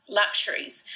luxuries